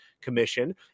commission